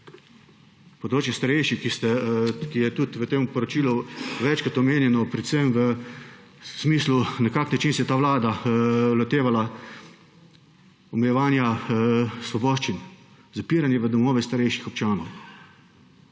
Področje starejših, ki je tudi v tem poročilu večkrat omenjeno predvsem v smislu, na kakšen način se je ta vlada lotevala omejevanja svoboščin. Zapiranje v domove starejših občanov,